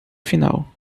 final